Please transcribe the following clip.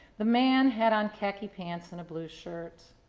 the man had on khaki pants and a blue shirt.